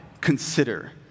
consider